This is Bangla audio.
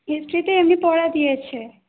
হিস্ট্রিতে এমনি পড়া দিয়েছে